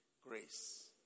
Grace